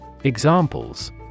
Examples